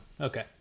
okay